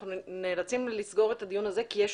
אנחנו נאלצים לסגור את הדיון הזה כי יש